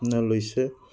ন লৈছে